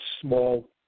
small